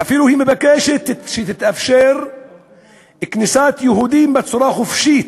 ואפילו היא מבקשת שתתאפשר כניסת יהודים בצורה חופשית,